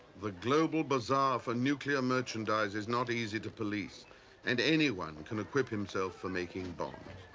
the global bazaar for nuclear merchandise is not easy to police and anyone can equip himself for making. but um